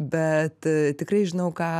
bet tikrai žinau ką